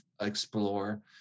explore